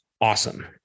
awesome